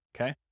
okay